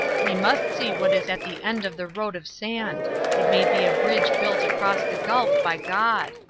we must see what is at the end of the road of sand it may be a bridge built across the gulf by god.